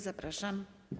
Zapraszam.